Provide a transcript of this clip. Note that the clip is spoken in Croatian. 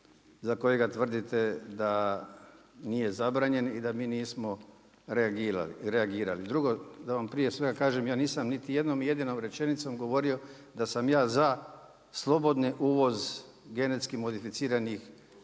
za kojega tvrdite da nije zabranjen i da mi nismo reagirali. Drugo, da vam prije svega kažem, ja nisam niti jednom jedinom rečenicom govorio da sam ja za slobodni uvoz GMO proizvoda biljnog